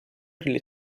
delle